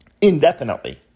indefinitely